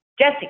Jesse